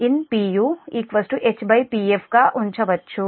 గా ఉంచవచ్చు